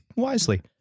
Wisely